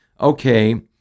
okay